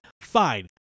Fine